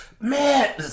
Man